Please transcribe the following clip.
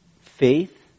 faith